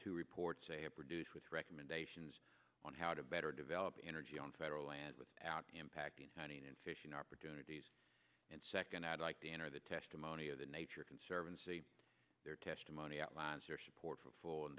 two reports they are produced with recommendations on how to better develop energy on federal land without impacting hunting and fishing opportunities and second i'd like to enter the testimony of the nature conservancy their testimony outlines their support for a full and